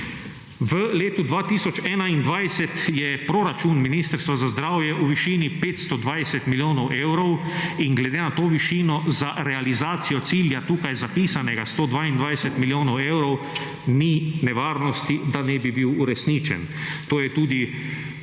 V letu 2021, je proračun Ministrstva za zdravje v višini 520 milijonov evrov in glede na to višino za realizacijo cilja tukaj zapisanega, 122 milijonov evrov, ni nevarnosti, da ne bi bil uresničen. To je tudi